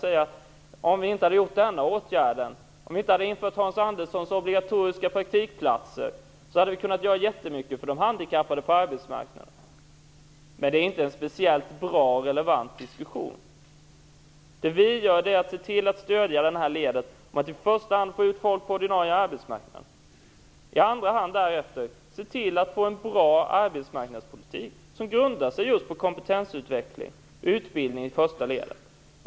Man skulle kunna säga att om vi inte hade vidtagit denna åtgärd, om vi inte hade infört Hans Anderssons obligatoriska praktikplatser, hade vi kunnat göra jättemycket för de handikappade på arbetsmarknaden. Men det är inte en speciellt bra eller relevant diskussion. Det vi gör är att se till att stödja det här ledet, att i första hand få ut folk på arbetsmarknaden. I andra hand ser vi till att få en bra arbetsmarknadspolitik som grundar sig just på kompetensutveckling, utbildning i första ledet.